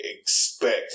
expect